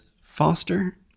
Foster